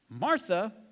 Martha